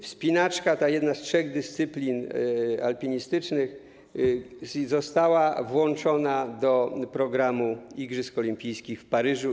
Wspinaczka, jedna z trzech dyscyplin alpinistycznych, została włączona do programu igrzysk olimpijskich w Paryżu.